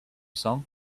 song